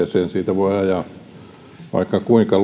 voi ajaa vaikka kuinka